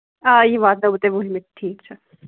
آ یہِ واتناو بہٕ تۄہہِ وُہمٕتۍ ٹھیٖک چھُ